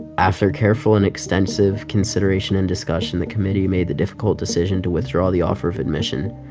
after careful and extensive consideration and discussion, the committee made the difficult decision to withdraw the offer of admission.